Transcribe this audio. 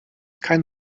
kein